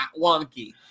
wonky